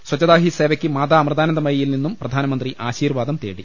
സ്വച്ഛത ഹി സേവയ്ക്ക് മാതാ അമൃതാനന്ദമയിയിൽ നിന്നും പ്രധാനമന്ത്രി ആശിർവാദം തേടി